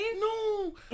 No